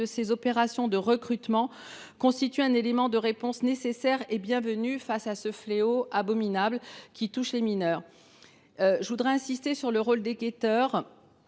ces opérations de recrutement, constitue un élément de réponse nécessaire et bienvenu face à ce fléau abominable qui touche les mineurs. Tout autant que les autres